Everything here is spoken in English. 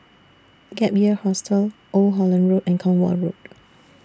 Gap Year Hostel Old Holland Road and Cornwall Road